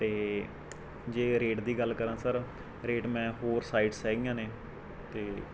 ਅਤੇ ਜੇ ਰੇਟ ਦੀ ਗੱਲ ਕਰਾਂ ਸਰ ਰੇਟ ਮੈਂ ਹੋਰ ਸਾਈਟਸ ਹੈਗੀਆਂ ਨੇ ਅਤੇ